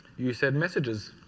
you said messages.